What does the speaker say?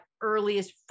earliest